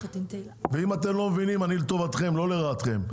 ואם אתם לא מבינים אני לטובתכם לא לרעתכם,